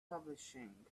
publishing